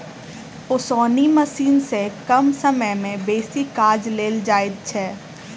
ओसौनी मशीन सॅ कम समय मे बेसी काज लेल जाइत छै